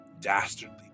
dastardly